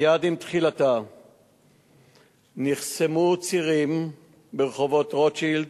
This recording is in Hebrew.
מייד עם תחילתה נחסמו צירים ברחובות רוטשילד,